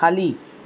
खाली